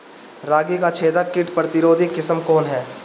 रागी क छेदक किट प्रतिरोधी किस्म कौन ह?